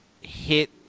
hit